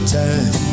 time